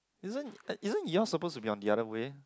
this one this one you all supposed to be on the other way